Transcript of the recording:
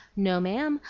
no, ma'am,